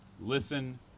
listen